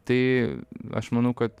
tai aš manau kad